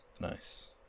Nice